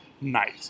night